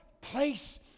place